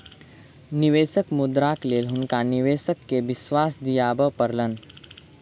निवेशक मुद्राक लेल हुनका निवेशक के विश्वास दिआबय पड़लैन